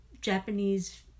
Japanese